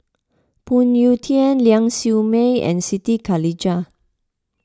Phoon Yew Tien Ling Siew May and Siti Khalijah